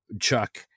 Chuck